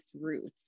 roots